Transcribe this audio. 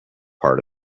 part